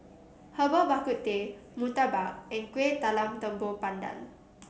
Herbal Bak Ku Teh murtabak and Kuih Talam Tepong Pandan